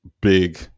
big